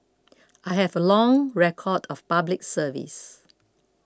I have a long record of Public Service